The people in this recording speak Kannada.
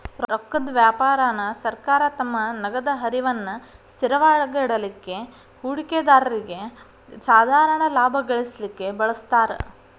ರೊಕ್ಕದ್ ವ್ಯಾಪಾರಾನ ಸರ್ಕಾರ ತಮ್ಮ ನಗದ ಹರಿವನ್ನ ಸ್ಥಿರವಾಗಿಡಲಿಕ್ಕೆ, ಹೂಡಿಕೆದಾರ್ರಿಗೆ ಸಾಧಾರಣ ಲಾಭಾ ಗಳಿಸಲಿಕ್ಕೆ ಬಳಸ್ತಾರ್